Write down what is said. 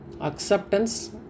Acceptance